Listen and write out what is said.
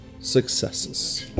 successes